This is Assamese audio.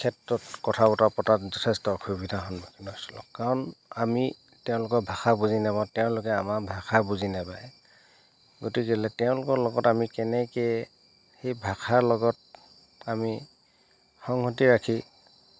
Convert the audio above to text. ক্ষেত্ৰত কথা বতৰা পতাত যথেষ্ট অসুবিধাৰ সন্মুখীন হৈছিলোঁ কাৰণ আমি তেওঁলোকৰ ভাষা বুজি নাপাওঁ তেওঁলোকে আমাৰ ভাষা বুজি নাপায় গতিকেলৈ তেওঁলোকৰ লগত আমি কেনেকৈ সেই ভাষাৰ লগত আমি সংহতি ৰাখি